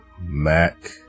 Mac